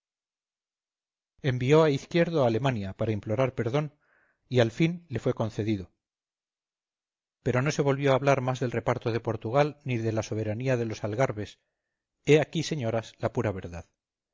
envió a izquierdo a alemania para implorar perdón y al fin le fue concedido pero no se volvió a hablar más del reparto de portugal ni de la soberanía de los algarbes he aquí señoras la pura verdad